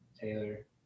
Taylor